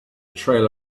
trail